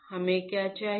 हमें क्या चाहिए